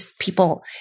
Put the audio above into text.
people